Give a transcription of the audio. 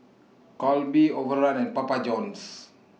Calbee Overrun and Papa Johns